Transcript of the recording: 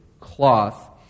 cloth